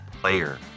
player